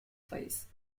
face